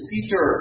Peter